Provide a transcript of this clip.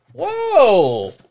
Whoa